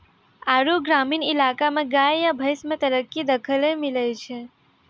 आरु ग्रामीण इलाका मे गाय या भैंस मे तरक्की देखैलै मिलै छै